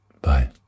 Bye